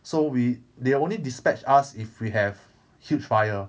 so we they only dispatch us if we have huge fire